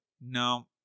no